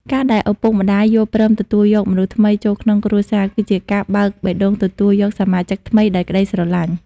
ការដែលឪពុកម្ដាយយល់ព្រមទទួលយកមនុស្សថ្មីចូលក្នុងគ្រួសារ គឺជាការបើកបេះដូងទទួលយកសមាជិកថ្មីដោយក្ដីស្រឡាញ់។